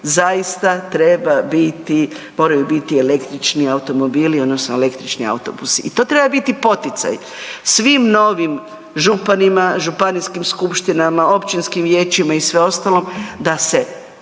zaista treba biti moraju biti električni automobili odnosno električni autobusi i to treba biti poticaj. Svim novim županima, županijskim skupštinama, općinskim vijećima i svem ostalom da se